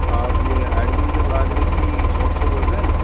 आप ये हाइब्रिड और बाजरे की शॉप से बोल रहें